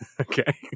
Okay